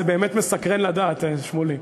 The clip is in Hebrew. זה באמת מסקרן לדעת, שמולי.